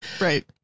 Right